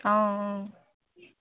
অঁ